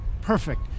perfect